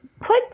put